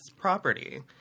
property